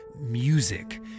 music